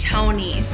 Tony